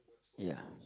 ya